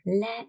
let